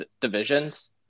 divisions